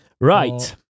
Right